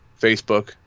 Facebook